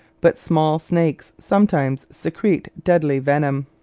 but small snakes sometimes secrete deadly venom.